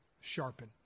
sharpen